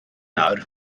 nawr